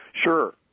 Sure